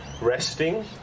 resting